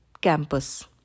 campus